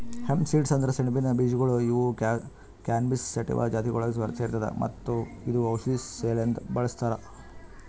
hemp seeds ಅಂದುರ್ ಸೆಣಬಿನ ಬೀಜಗೊಳ್ ಇವು ಕ್ಯಾನಬಿಸ್ ಸಟಿವಾ ಜಾತಿಗೊಳಿಗ್ ಸೇರ್ತದ ಮತ್ತ ಇದು ಔಷಧಿ ಸಲೆಂದ್ ಬಳ್ಸತಾರ್